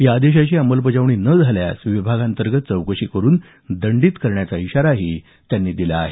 या आदेशाची अंमलबजावणी न झाल्यास विभागांतर्गत चौकशी करून दंडित करण्याचा इशारा त्यांनी दिला आहे